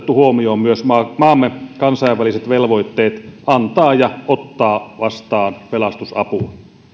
huomioon myös maamme kansainväliset velvoitteet antaa ja ottaa vastaan pelastusapua